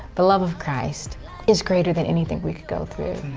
the love of christ is greater than anything we can go through.